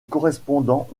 correspondant